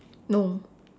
no